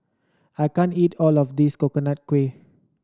I can't eat all of this Coconut Kuih